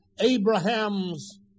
Abraham's